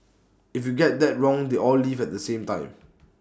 if you get that wrong they all leave at the same time